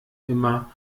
immer